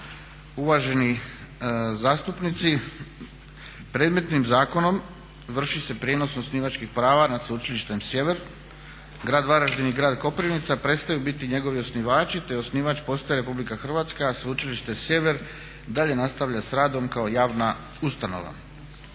Uvaženi zastupnici predmetnim zakonom vrši se prijenos osnivačkih prava nad Sveučilištem Sjever. Grad Varaždin i grad Koprivnica prestaju biti njegovi osnivači te osnivač postaje RH, a Sveučilište Sjever dalje nastavlja s radom kao javna ustanova.